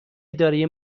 اداره